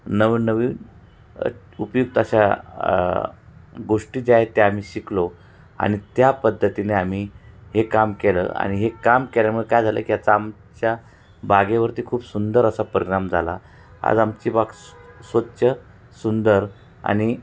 नवननवीन उपयुक्त अशा गोष्टी ज्या आहेत ते आम्ही शिकलो आणि त्या पद्धतीने आम्ही हे काम केलं आणि हे काम केल्यामुळे काय झालं की याचा आमच्या बागेवरती खूप सुंदर असा परिणाम झाला आज आमची बाग स् स्वच्छ सुंदर आणि